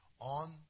on